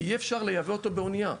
כי אי-אפשר לייבא אותו באונייה.